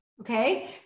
okay